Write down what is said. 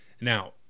Now